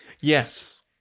Yes